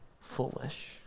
foolish